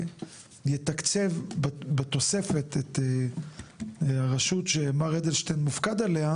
ויתקצב בתופסת את הרשות שמר אדלשטיין מופקד עליה,